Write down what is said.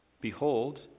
Behold